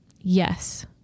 yes